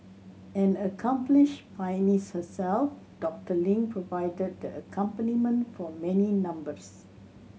an accomplished pianist herself Doctor Ling provided the accompaniment for many numbers